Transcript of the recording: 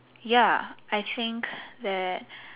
ya I think that